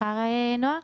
סליחה נעה.